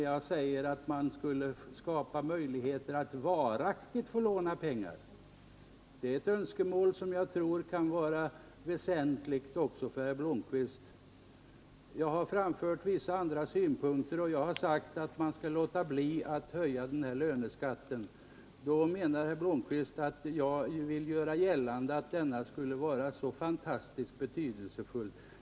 Jag sade att man borde skapa möjligheter att varaktigt låna pengar. Det är ett önskemål som jag tror kan vara väsentligt också för herr Blomkvist. Jag sade även att man bör låta bli att höja löneskatten. Herr Blomkvist menar att jag därmed ville göra gällande att den beslutade höjningen skulle vara så fantastiskt betydelsefull.